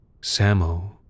Sammo